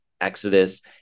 Exodus